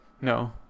No